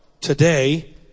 today